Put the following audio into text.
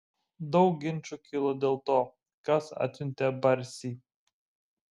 daug ginčų kilo dėl to kas atsiuntė barsį